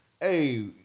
hey